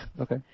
okay